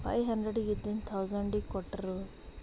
five ಹಂಡ್ರೆಡಿಗೆ ಇದ್ದಿದ್ದು ಥೌಸಂಡಿಗೆ ಕೊಟ್ರು